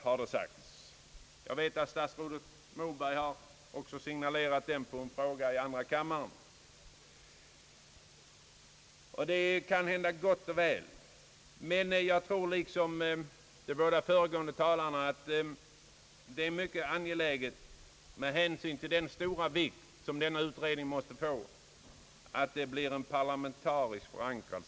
Jag vet att herr statsrådet Moberg också har antytt detta i ett svar på en fråga i andra kammaren — och det är gott och väl. Men jag tror liksom de båda föregående talarna att det med hänsyn till den stora betydelse, som denna utredning måste få, är mycket angeläget att det blir en parlamentarisk utredning.